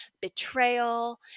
betrayal